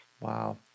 Wow